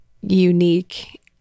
unique